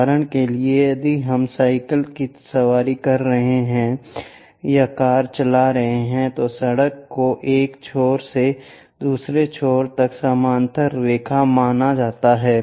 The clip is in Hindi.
उदाहरण के लिए यदि हम साइकिल की सवारी कर रहे हैं या कार चला रहे हैं तो सड़क को एक छोर से दूसरे छोर तक समानांतर रेखा माना जाता है